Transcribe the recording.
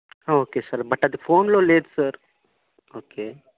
okay sir but అది ఫోన్లో లేదు సార్ ఓకే